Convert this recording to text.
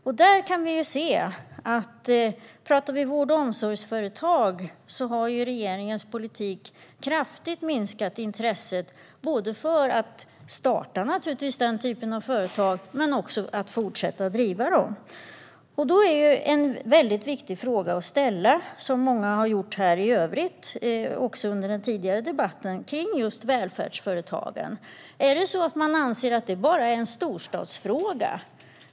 Tittar vi på vård och omsorgsföretag kan vi se att regeringens politik kraftigt har minskat intresset inte bara för att starta den typen av företag utan även för att fortsätta driva dem. Därför finns det en viktig fråga att ställa, vilket många har gjort också under den tidigare debatten: Är det så att man anser att detta bara är en storstadsfråga?